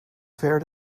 fair